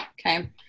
okay